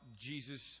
Jesus